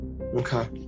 Okay